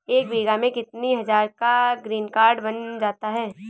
एक बीघा में कितनी हज़ार का ग्रीनकार्ड बन जाता है?